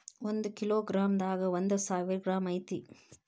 ಒಂದ kilogram ದಾಗ ಒಂದ ಸಾವಿರ ಗ್ರಾಂ ಐತಿ